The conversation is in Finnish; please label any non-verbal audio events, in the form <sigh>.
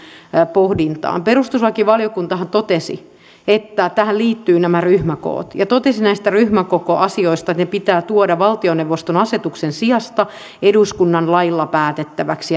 pohdintaan perustuslakivaliokuntahan totesi että tähän liittyvät nämä ryhmäkoot ja totesi näistä ryhmäkokoasioista että ne pitää tuoda valtioneuvoston asetuksen sijasta eduskunnan lailla päätettäväksi <unintelligible>